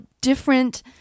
different